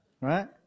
Right